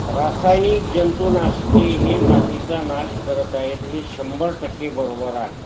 रासायनिक जंतुनाशिके हे मातीचा नाश करत आहेत हे शंभर टक्के बरोबर आहे